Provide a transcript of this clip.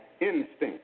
instinct